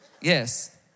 Yes